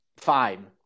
Fine